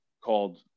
called